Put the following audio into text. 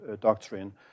doctrine